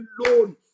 alone